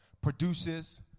produces